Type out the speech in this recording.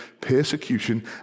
persecution